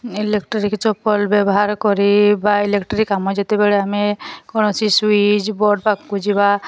ଇଲେକ୍ଟ୍ରିକି ଚପଲ ବେବହାର କରି ବା ଇଲେକ୍ଟ୍ରି କାମ ଯେତେବେଳେ ଆମେ କୌଣସି ସୁଇଚ୍ ବୋର୍ଡ଼୍ ପାଖକୁ ଯିବା